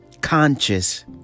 conscious